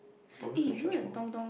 probably could've charge more